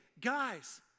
guys